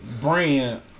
brand